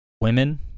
women